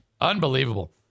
Unbelievable